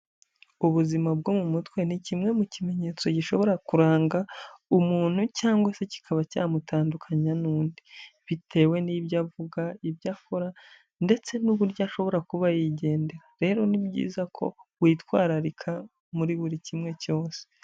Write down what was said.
Ubuzima bwo mu mutwe ni kimwe mu kimenyetso gishobora kuranga umuntu cyangwa se kikaba cyamutandukanya n'undi, bitewe n'ibyo avuga, ibyo akora, ndetse n'uburyo ashobora kuba yigendera, rero ni byiza ko witwararika muri buri kimwe cyose.